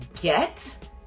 get